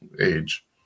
age